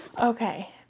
okay